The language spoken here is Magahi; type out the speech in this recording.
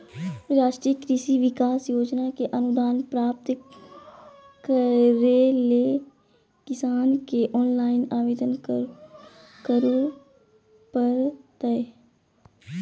राष्ट्रीय कृषि विकास योजना के अनुदान प्राप्त करैले किसान के ऑनलाइन आवेदन करो परतय